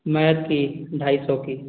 math की ढाई सौ की